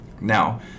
Now